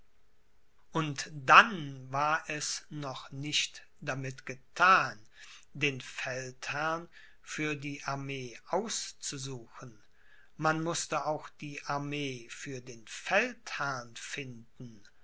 und dann war es noch nicht damit gethan den feldherrn für die armee auszusuchen man mußte auch die armee für den feldherrn finden